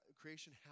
creation